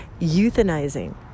Euthanizing